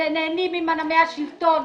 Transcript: ונהנים ממנעמי השלטון,